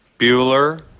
Bueller